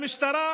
למשטרה